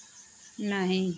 नहीं